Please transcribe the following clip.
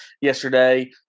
yesterday